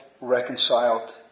reconciled